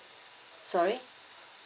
sorry